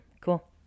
cool